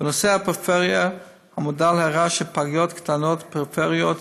בנושא הפריפריה המודל הראה שפגיות קטנות ופריפריאליות